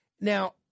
Now